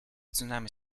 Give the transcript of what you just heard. tsunami